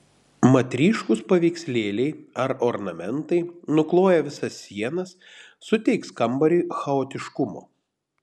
mat ryškūs paveikslėliai ar ornamentai nukloję visas sienas suteiks kambariui chaotiškumo